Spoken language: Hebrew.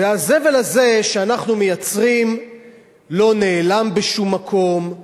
הזבל הזה שאנחנו מייצרים לא נעלם בשום מקום.